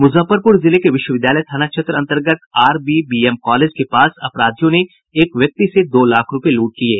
मुजफ्फरपुर जिले के विश्वविद्यालय थाना क्षेत्र के अन्तर्गत आरबीबीएम कॉलेज के पास अपराधियों ने एक व्यक्ति से दो लाख रूपये लूट लिये